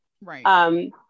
Right